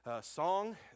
song